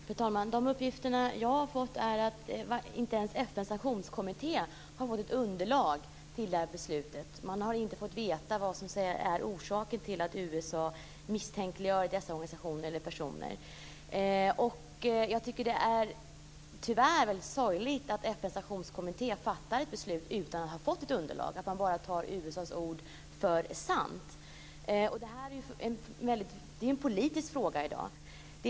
Fru talman! De uppgifter som jag har fått är att inte ens FN:s sanktionskommitté har fått ett underlag till det här beslutet. Man har inte fått veta vad som är orsaken till att USA misstänkliggör dessa organisationer och personer. Jag tycker att det är väldigt sorgligt att FN:s sanktionskommitté fattar ett beslut utan att ha fått ett underlag, att man bara tar USA:s ord för sanning. Detta är ju en politisk fråga i dag.